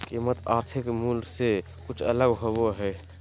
कीमत आर्थिक मूल से कुछ अलग होबो हइ